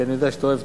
כי היא לא נוכחת.